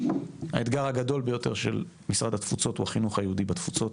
האתגר הגדול ביותר של משרד התפוצות הוא החינוך היהודי בתפוצות.